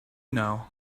now